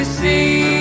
see